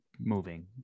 moving